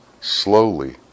slowly